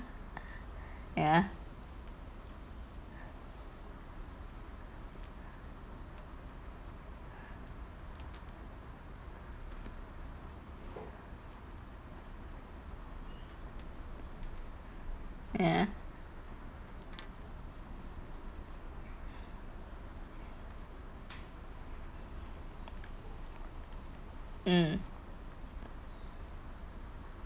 ya ya mm